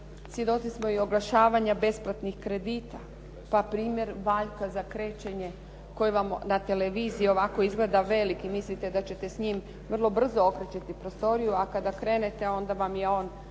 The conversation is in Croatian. Svjedoci smo i oglašavanja besplatnih kredita. Pa primjer valjka za krečenje koji vam na televiziji ovako izgleda veliki, mislite da ćete s njim vrlo brzo okrečiti prostoriju, a kada krenete onda vam je on